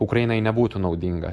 ukrainai nebūtų naudinga